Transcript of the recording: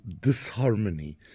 disharmony